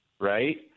right